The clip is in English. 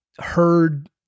heard